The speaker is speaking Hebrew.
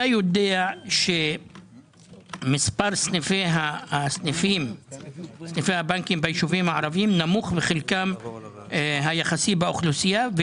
מספר סניפי הבנקים בישובים הערביים נמוך מחלקם היחסי באוכלוסייה,